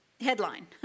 headline